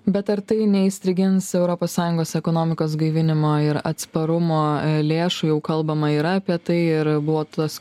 bet ar tai neįstrigins europos sąjungos ekonomikos gaivinimo ir atsparumo lėšų jau kalbama yra apie tai ir buvo tas